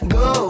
go